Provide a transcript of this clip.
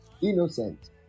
innocent